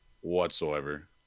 Whatsoever